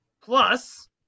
plus